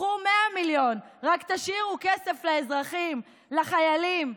קחו 100 מיליון, רק תשאירו כסף לאזרחים, לחיילים.